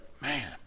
man